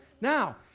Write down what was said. now